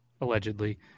allegedly